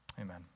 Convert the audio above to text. Amen